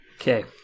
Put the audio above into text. Okay